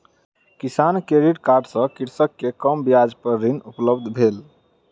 किसान credit card सँ कृषक के कम ब्याज पर ऋण उपलब्ध भेल